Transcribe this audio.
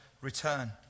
return